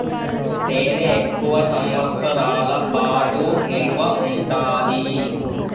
తేనె ఎక్కువ సంవత్సరాల పాటు నిల్వ ఉంటాది